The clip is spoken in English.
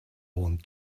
want